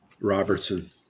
Robertson